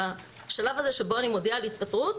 בשלב הזה שבו אני מודיעה על התפטרות,